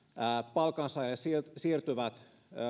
palkansaajalle siirtyvät